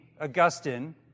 Augustine